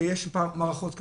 שיש מערכות,